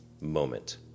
moment